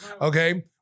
okay